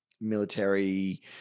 military